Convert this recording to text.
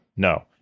No